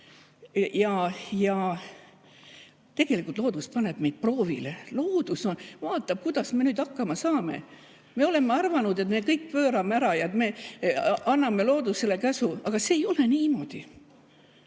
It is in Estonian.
oleme näinud. Loodus paneb meid proovile, loodus vaatab, kuidas me nüüd hakkama saame. Me oleme arvanud, et me [muudame] kõik ära ja me anname loodusele käsu, aga see ei ole niimoodi.